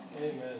Amen